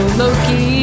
loki